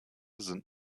sind